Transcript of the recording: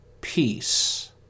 peace